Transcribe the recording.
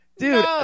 Dude